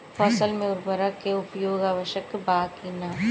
फसल में उर्वरक के उपयोग आवश्यक बा कि न?